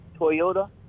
Toyota